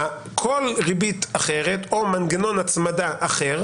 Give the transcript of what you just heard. כל ריבית אחרת או מנגנון הצמדה אחר